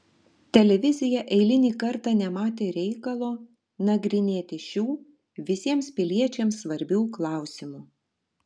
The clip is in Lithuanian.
televizija eilinį kartą nematė reikalo nagrinėti šių visiems piliečiams svarbių klausimų